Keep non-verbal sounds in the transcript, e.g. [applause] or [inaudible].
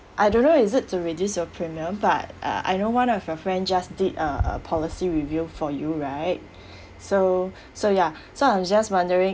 I don't know is it to reduce your premium but uh I know one of your friend just did a a policy review for you right [breath] so so ya so I'm just wondering